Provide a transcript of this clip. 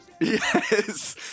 Yes